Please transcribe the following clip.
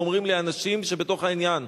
ואומרים לי אנשים שבתוך העניין: